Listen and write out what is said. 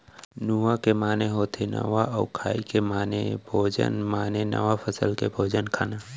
नुआ के माने होथे नवा अउ खाई के माने भोजन माने नवा फसल के भोजन खाना